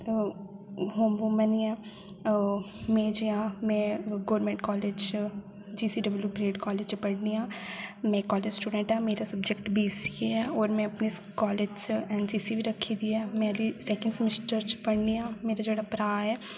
home women ही ऐ में जेहा में गोरमेंट कालेज च G C W Parade college च पढ़नी आं में कॉलेज स्टूडेंट ऐ मेरा सब्जेक्ट बी सी ए ऐ होर में अपने कालेज च एन सी सी बी रक्खी दी ऐ मेरी सेकंड सेमेस्टर च पढ़नी आं मेरा जेह्ड़ा भ्राऽ ऐ